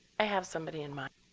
i have somebody in mind.